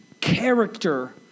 character